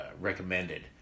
recommended